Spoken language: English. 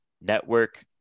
Network